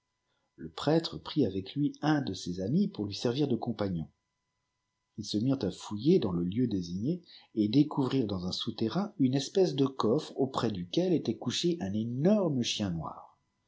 le prêtre prit avec lui un de ses amis pour lui servir de compagnon ils se mirent à fouiller dans le lieu désigné et découvrirent ans un soiiterrain une espèce de coffre auprès duquel était couché un énorme chien noir